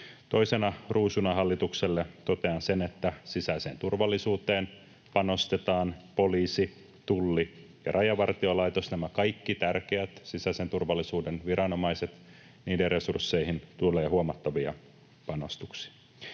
Toisena ruusuna hallitukselle totean sen, että sisäiseen turvallisuuteen panostetaan. Poliisi, Tulli ja Rajavartiolaitos — näiden kaikkien tärkeiden sisäisen turvallisuuden viranomaisten resursseihin tulee huomattavia panostuksia.